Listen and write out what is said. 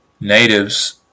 natives